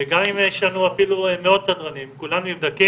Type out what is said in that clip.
וגם אם יש לנו אפילו מאות סדרנים, כולם נבדקים